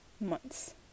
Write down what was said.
months